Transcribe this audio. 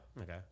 Okay